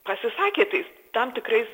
pasisakė tais tam tikrais